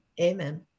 Amen